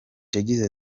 yagize